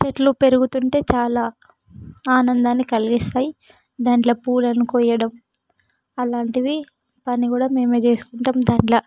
చెట్లు పెరుగుతుంటే చాలా ఆనందాన్ని కలిగిస్తాయి దానిలో పూలను కోయడం అలాంటివి అన్నీ కూడా మేమే చేసుకుంటాము దానిలో